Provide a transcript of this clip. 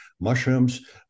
Mushrooms